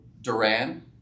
Duran